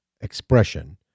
expression